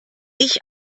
ich